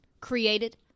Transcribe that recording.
created